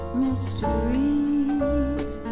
mysteries